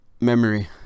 memory